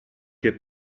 che